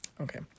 okay